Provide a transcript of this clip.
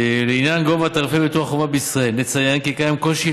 לעניין גובה תעריפי ביטוח החובה בישראל נציין כי קיים קושי